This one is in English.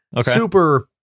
Super